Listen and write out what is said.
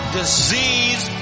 disease